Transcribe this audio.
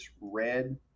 red